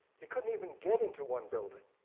he couldn't even get into one building,